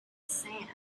sand